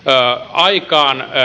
aikaan